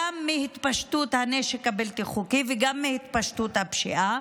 גם מהתפשטות הנשק הבלתי-חוקי וגם מהתפשטות הפשיעה,